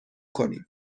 کنیم